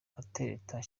atereta